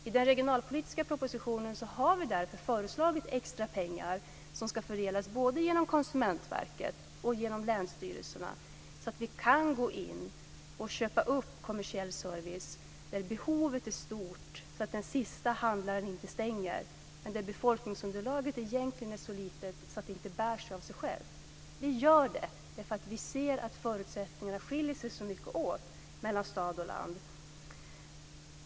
I den regionalpolitiska propositionen har vi därför föreslagit extra pengar som ska fördelas både genom Konsumentverket och genom länsstyrelserna så att vi kan gå in och köpa upp kommersiell service där behovet är stort, så att den sista handlaren inte stänger, men där befolkningsunderlaget egentligen är så litet att verksamheten inte bär sig av sig själv. Vi gör det därför att vi ser att förutsättningarna skiljer sig så mycket åt mellan stad och land.